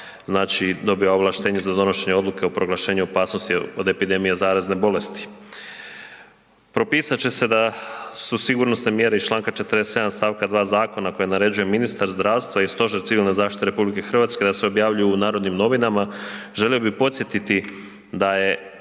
znači dobiva ovlaštenje za donošenje odluke o proglašenju opasnosti od epidemije zarazne bolesti. Propisat će se da su sigurnosne mjere iz članka 47. stavka 2. zakona koje naređuje ministar zdravstva i Stožer civilne zaštite RH da se objavljuju u Narodnim novinama. Želio bih podsjetiti da je